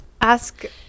ask